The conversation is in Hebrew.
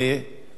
כבוד השר